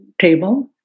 table